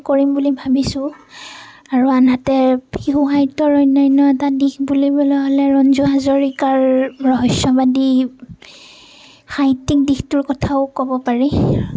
কৰিম বুলি ভাবিছোঁ আৰু আনহাতে শিশু সাহিত্যৰ অন্যান্য এটা দিশ বুলিবলৈ হ'লে ৰঞ্জু হাজৰিকাৰ ৰহস্যবাদী সাহিত্যিক দিশটোৰ কথাও ক'ব পাৰি